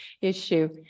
issue